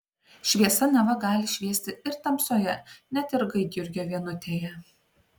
šviesa neva gali šviesti ir tamsoje net ir gaidjurgio vienutėje